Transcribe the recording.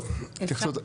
טוב, התייחסות.